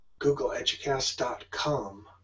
GoogleEducast.com